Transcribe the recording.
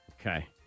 Okay